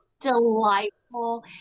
Delightful